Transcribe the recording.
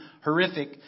horrific